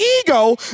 ego